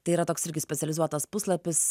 tai yra toks irgi specializuotas puslapis